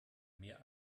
mehr